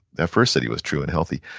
that first city was true and healthy,